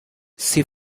see